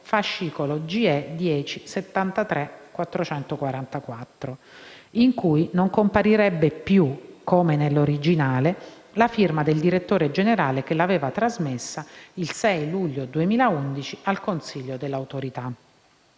fascicolo GE/10/73444», in cui non comparirebbe più, come nell’originale, la firma del direttore generale che l’aveva trasmessa il 6 luglio 2011 al consiglio dell’Autorità.